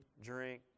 drink